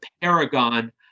paragon